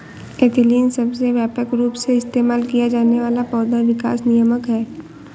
ethylene सबसे व्यापक रूप से इस्तेमाल किया जाने वाला पौधा विकास नियामक है